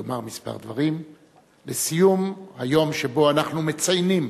לומר דברים לסיום היום שבו אנחנו מציינים